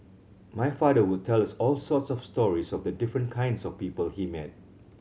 my father would tell us all sorts of stories of the different kinds of people he met